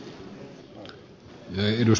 arvoisa puhemies